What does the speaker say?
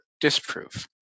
disprove